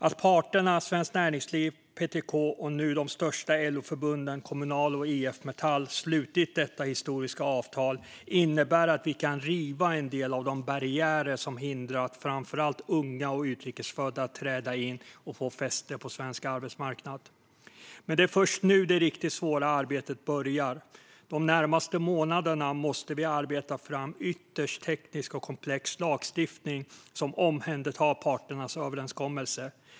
Att parterna Svenskt Näringsliv, PTK och nu de största LO-förbunden Kommunal och IF Metall har slutit detta historiska avtal innebär att vi kan riva en del av de barriärer som hindrat framför allt unga och utrikes födda att träda in och få fäste på svensk arbetsmarknad. Det är först nu det riktigt svåra arbetet börjar. De närmaste månaderna måste vi arbeta fram ytterst teknisk och komplex lagstiftning som omhändertar parternas överenskommelse.